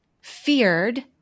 feared